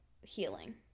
healing